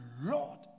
Lord